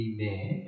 Amen